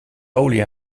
olie